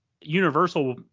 Universal